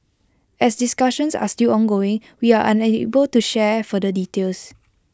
as discussions are still ongoing we are unable to share further details